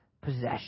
possession